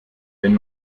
wenn